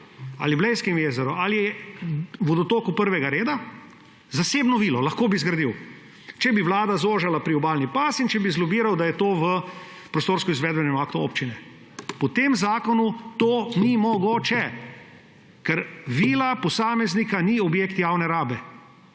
Blejskem jezeru ali vodotoku prvega reda, zasebno vilo. Lahko bi zgradil, če bi vlada zožila priobalni pas in če bi zlobiral, da je to v prostorsko-izvedbenem aktu občine. Po tem zakonu to ni mogoče, ker vila posameznika ni objekt javne rabe